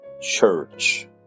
church